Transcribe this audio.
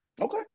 okay